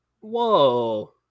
Whoa